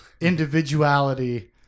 individuality